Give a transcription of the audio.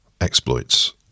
exploits